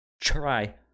try